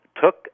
took